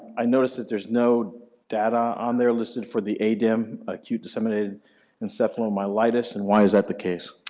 i notice that there's no data on there listed for the adem, acute disseminated encephalomyelitis, and why is that the case?